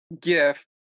gift